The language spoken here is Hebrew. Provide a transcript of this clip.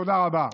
תודה רבה.